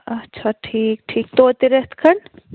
اَچھا ٹھیٖک ٹھیٖک توتہِ رٮ۪تھ کھنٛڈ